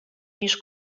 ніж